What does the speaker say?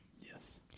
Yes